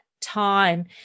time